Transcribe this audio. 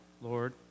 Lord